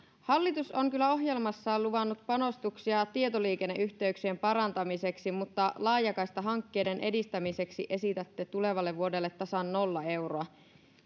hallitus on kyllä ohjelmassaan luvannut panostuksia tietoliikenneyhteyksien parantamiseksi mutta laajakaistahankkeiden edistämiseksi esitätte tulevalle vuodelle tasan nolla euroa